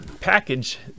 package